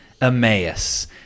Emmaus